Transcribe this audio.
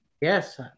Yes